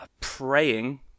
praying